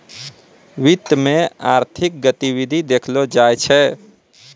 वित्त मे आर्थिक गतिविधि देखलो जाय छै